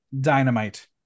dynamite